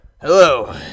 Hello